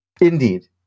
indeed